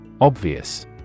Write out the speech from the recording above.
Obvious